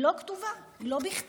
היא לא כתובה, היא לא בכתב.